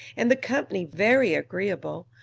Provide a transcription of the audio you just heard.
and the company very agreeable,